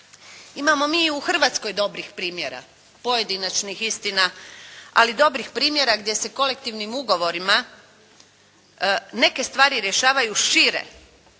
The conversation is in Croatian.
Imamo mi i u Hrvatskoj dobrih primjera, pojedinačnih istina, ali dobrih primjera gdje se kolektivnim ugovorima neke stvari rješavaju šire